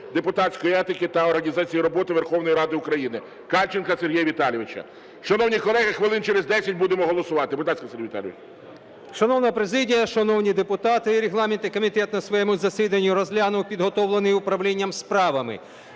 депутатської етики та організації роботи Верховної Ради України Кальченка Сергія Віталійовича. Шановні колеги, хвилин через 10 будемо голосувати. Будь ласка, Сергій Віталійович. 14:39:13 КАЛЬЧЕНКО С.В. Шановна президія, шановні депутати, регламентний комітет на своєму засіданні розглянув підготовлений Управлінням справами